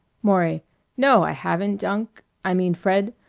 maury no, i haven't, unc i mean fred.